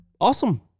Awesome